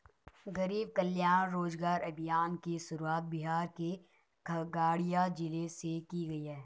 गरीब कल्याण रोजगार अभियान की शुरुआत बिहार के खगड़िया जिले से की गयी है